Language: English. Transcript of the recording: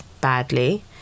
badly